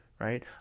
right